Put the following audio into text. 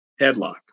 headlock